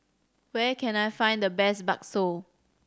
where can I find the best bakso